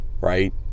right